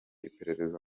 iperereza